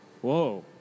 whoa